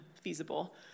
feasible